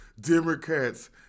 Democrats